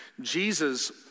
Jesus